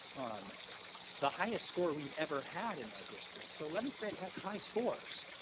um the highest score we ever had in our district, so eleventh grade has high scores.